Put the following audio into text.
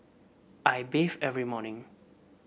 I bathe every morning